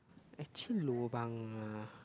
actually lobang ah